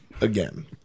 again